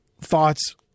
thoughts